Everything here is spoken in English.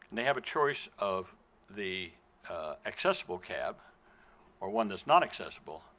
and they have a choice of the accessible cab or one that's not accessible,